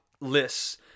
lists